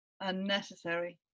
unnecessary